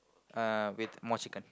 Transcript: uh with more chicken